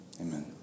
Amen